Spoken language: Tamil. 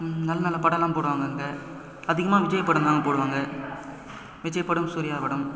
நல்ல நல்ல படம்லாம் போடுவாங்கள் அங்கே அதிகமாக விஜய் படம்தான் போடுவாங்கள் விஜய் படம் சூர்யா படம்